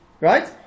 Right